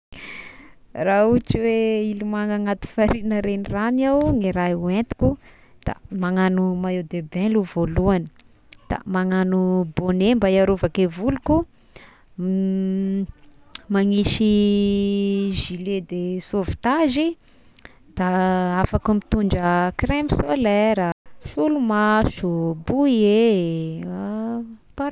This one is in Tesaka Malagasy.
Raha ohatry hoe ilomagno anaty farihy na regnirano iaho ny raha ho entiko da magnano maillot de bain lo vôlohagny, da magnano bonnet mba hiarovaky voloko, magnisy gilet de sauvetage da afaka mitondra créme solaire, solomaso, bouillet.